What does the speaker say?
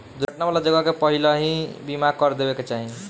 दुर्घटना वाला जगह के पहिलही बीमा कर देवे के चाही